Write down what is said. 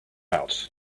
out